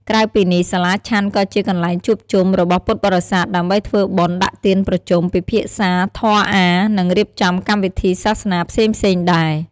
ក្រៅពីនេះ សាលាឆាន់ក៏ជា កន្លែងជួបជុំ របស់ពុទ្ធបរិស័ទ ដើម្បីធ្វើបុណ្យ ដាក់ទាន ប្រជុំ ពិភាក្សាធម៌អាថ៌ និងរៀបចំកម្មវិធីសាសនាផ្សេងៗដែរ។